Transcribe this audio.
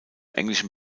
englischen